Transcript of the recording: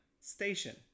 station